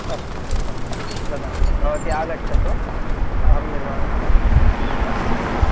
अस्तु अतु ददामि भवती आगच्छतु अहं निर्माणं कृत्वा स्थापयामि